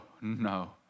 no